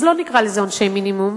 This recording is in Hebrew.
אז לא נקרא לזה עונשי מינימום,